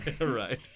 right